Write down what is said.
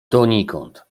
donikąd